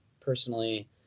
personally